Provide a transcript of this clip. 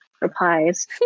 replies